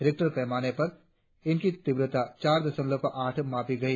reactor पैमाने पर इनकी तीव्रता चार दशमलव आठ मापी गई